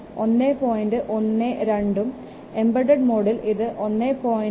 12 ഉം എംബഡഡ് മോഡിൽ ഇത് 1